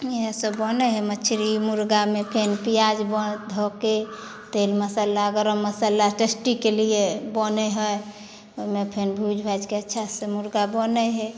इएह से बनै हइ मछली मुर्गामे फेर पियाज बन धऽके तेल मसल्ला गरम मसल्ला टेस्टीके लिए बनै हइ ओहिमे फेर भूजि भाजिके अच्छा से मुर्गा बनै हइ